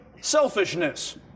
selfishness